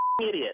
idiot